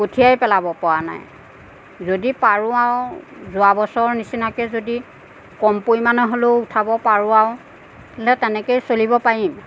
কঠিয়াই পেলাব পৰা নাই যদি পাৰো আৰু যোৱা বছৰৰ নিচিনাকৈ যদি কম পৰিমাণৰ হ'লেও উঠাব পাৰোঁ আৰু তেনেকৈ চলিব পাৰিম